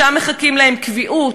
שם מחכים להם קביעות,